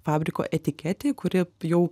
fabriko etiketė kuri jau